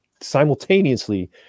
simultaneously